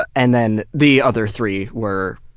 and then the other three were